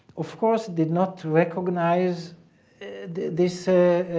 of course did not recognize this